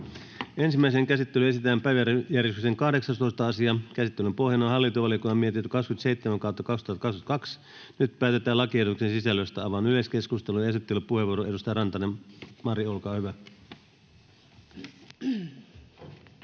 Ensimmäiseen käsittelyyn esitellään päiväjärjestyksen 30. asia. Käsittelyn pohjana on talousvaliokunnan mietintö TaVM 26/2022 vp. Nyt päätetään lakiehdotusten sisällöstä. — Avaan yleiskeskustelun. Esittelypuheenvuoro, edustaja Grahn-Laasonen, olkaa hyvä.